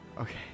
Okay